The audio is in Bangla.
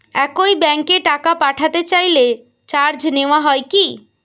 একই ব্যাংকে টাকা পাঠাতে চাইলে চার্জ নেওয়া হয় কি?